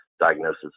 diagnosis